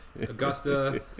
Augusta